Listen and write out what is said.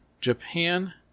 Japan